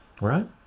right